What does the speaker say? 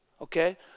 okay